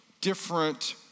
different